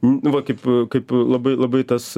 nu va kaip kaip labai labai tas